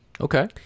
okay